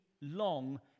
long